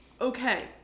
okay